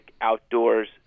outdoors